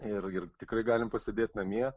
ir ir tikrai galim pasėdėt namie